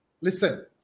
Listen